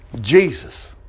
Jesus